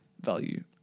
value